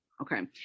Okay